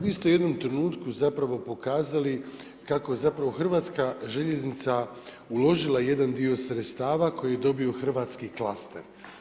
Vi ste u jednom trenutku zapravo pokazali kako je zapravo Hrvatska željeznica uložila jedan dio sredstava koji dobiju hrvatski klaster.